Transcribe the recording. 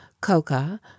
Coca